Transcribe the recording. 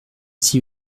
ici